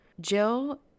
Jill